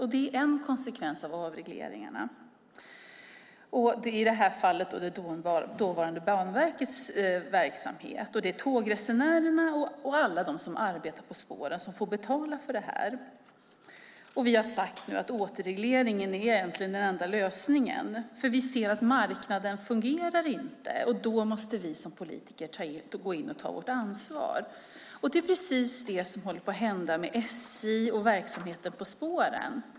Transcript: Detta är en konsekvens av avregleringarna, i det här fallet av dåvarande Banverkets verksamhet, och det är tågresenärerna och alla dem som arbetar på spåren som får betala för det. Vi har sagt att återreglering egentligen är den enda lösningen. Vi ser ju att marknaden inte fungerar, och då måste vi som politiker gå in och ta vårt ansvar. Det är precis det som håller på att hända med SJ och verksamheten på spåren.